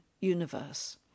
universe